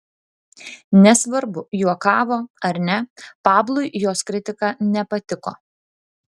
nesvarbu juokavo ar ne pablui jos kritika nepatiko